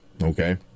okay